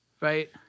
Right